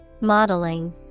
Modeling